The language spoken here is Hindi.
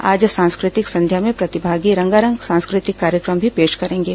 आज सांस्कृतिक संध्या में प्रतिभागी रंगारंग सांस्कृ तिक कार्यक्रम भी पेश करेंगे